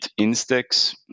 INSTEX